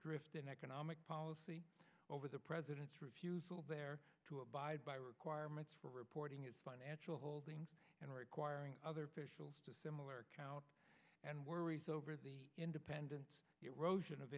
drift in economic policy over the president's refusal there to abide by requirements for reporting its financial holdings and requiring other officials to similar account and worries over the independence